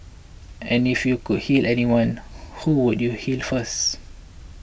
and if you could heal anyone who would you heal first